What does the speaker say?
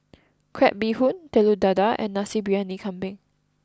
Crab Bee Hoon Telur Dadah and Nasi Briyani Kambing